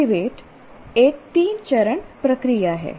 activate एक 3 चरण प्रक्रिया है